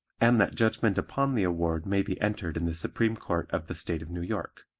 and that judgment upon the award may be entered in the supreme court of the state of new york.